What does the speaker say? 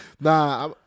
Nah